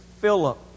Philip